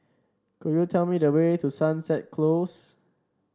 could you tell me the way to Sunset Close